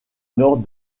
nord